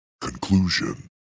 Conclusion